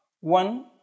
One